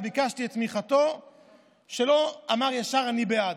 וביקשתי את תמיכתו שלא אמר ישר: אני בעד.